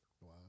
Wow